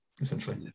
essentially